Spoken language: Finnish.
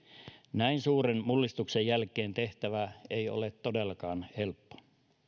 näin suuren mullistuksen jälkeen tehtävä ei ole todellakaan helppo